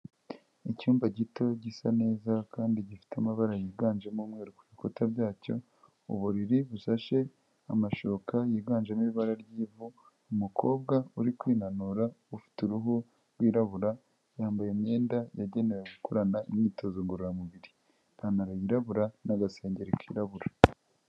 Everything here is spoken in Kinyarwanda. Icyumba gito gisa neza kandi gifite amabara yiganjemo umwe ku bikuta byacyo uburiri busashe amashoka yiganjemo ibara ry'ivu, umukobwa uri kwinanura ufite uruhu rwirabura, yambaye imyenda yagenewe gukorana imyitozo ngororamubir, ipantaro yirabura, n'agasengero kirabura.